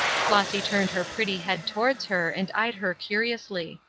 flossy turned her pretty head towards her, and eyed her curiously.